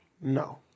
No